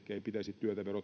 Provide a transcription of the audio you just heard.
pitäisi verottaa ehkä